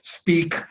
speak